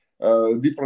Different